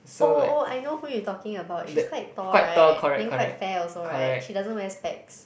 oh oh I know who you talking about she's quite tall right then quite fair also right she doesn't wear specs